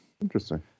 Interesting